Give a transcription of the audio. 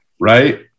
right